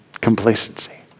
complacency